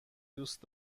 دوست